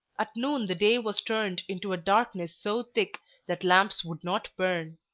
at noon the day was turned into a darkness so thick that lamps would not burn.